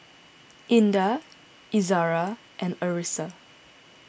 Indah Izara and Arissa